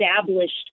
established